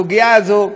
הסוגיה הזאת,